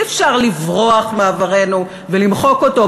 אי-אפשר לברוח מעברנו ולמחוק אותו,